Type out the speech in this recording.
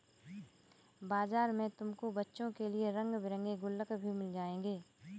बाजार में तुमको बच्चों के लिए रंग बिरंगे गुल्लक भी मिल जाएंगे